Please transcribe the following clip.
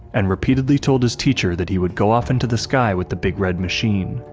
and repeatedly told his teacher that he would go off into the sky with the big red machine.